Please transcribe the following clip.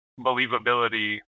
believability